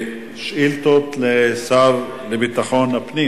אני קובע שהצעת החוק עברה בקריאה ראשונה,